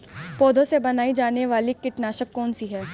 पौधों से बनाई जाने वाली कीटनाशक कौन सी है?